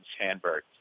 Sandberg